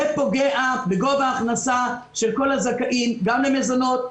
פוגע בגובה ההכנסה של כל הזכאים גם למזונות,